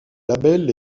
label